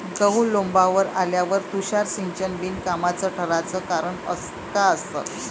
गहू लोम्बावर आल्यावर तुषार सिंचन बिनकामाचं ठराचं कारन का असन?